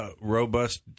robust